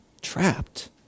Trapped